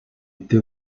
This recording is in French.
été